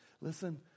listen